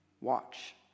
watch